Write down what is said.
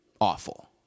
awful